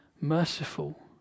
merciful